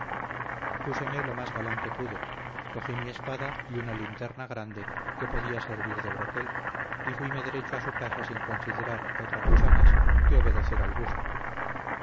noche púseme lo más galán que pude cogí mi espada y una linterna grande que podía servir de broquel y fuime derecho a su casa sin considerar otra cosa más que obedecer al gusto